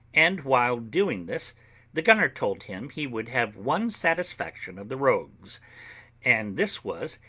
and while doing this the gunner told him he would have one satisfaction of the rogues and this was,